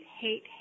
hate